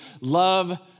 love